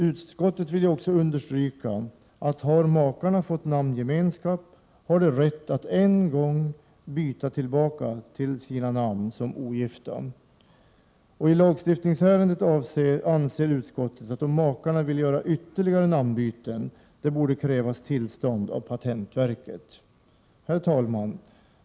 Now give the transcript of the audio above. Vid lagens tillkomst underströk utskottet att har makarna fått namngemenskap har de rätt att en gång byta tillbaka till sina namn som ogifta. I lagstiftningsärendet ansåg utskottet att det borde krävas tillstånd av patentverket, om makarna ville göra ytterligare namnbyten. Herr talman!